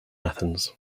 athens